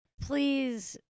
Please